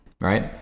Right